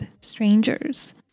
strangers